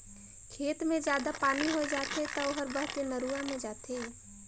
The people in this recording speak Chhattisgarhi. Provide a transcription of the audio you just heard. खेत मे जादा पानी होय जाथे त ओहर बहके नरूवा मे जाथे